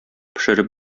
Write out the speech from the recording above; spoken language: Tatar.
пешереп